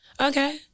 Okay